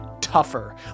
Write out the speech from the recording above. tougher